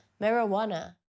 marijuana